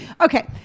Okay